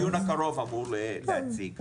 בדיון הקרוב אמור להציג.